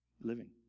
living